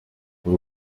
kuri